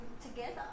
together